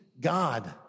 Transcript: God